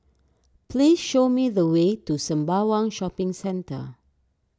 please show me the way to Sembawang Shopping Centre